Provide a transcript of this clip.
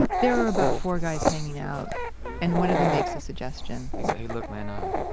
there were about four guys hanging out and one of them makes a suggestion. he said, hey, look, man, ah,